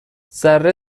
ذره